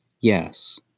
Yes